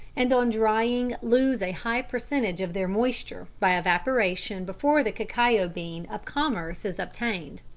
and on drying lose a high percentage of their moisture by evaporation before the cacao bean of commerce is obtained.